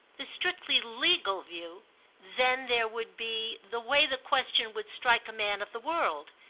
the strictly legal view then there would be the way the question would strike a man of the world.